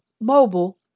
mobile